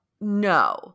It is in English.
No